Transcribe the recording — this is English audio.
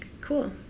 cool